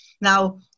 Now